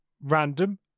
random